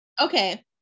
Okay